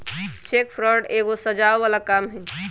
cheque fraud एगो सजाओ बला काम हई